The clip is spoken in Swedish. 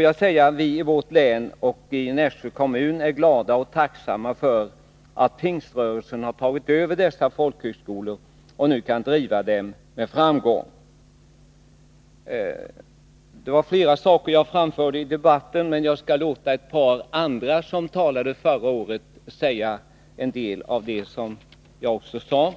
Vi är i vårt län och i Nässjö kommun glada och tacksamma för att Pingströrelsen har tagit över dessa folkhögskolor och nu kan driva dem med framgång.” Jag framförde också flera andra synpunkter i debatten, men en del av dem togs upp även av ett par andra talare, och jag skall citera vad de sade.